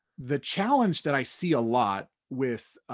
the challenge that i see a lot with